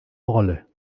rolle